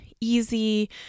easy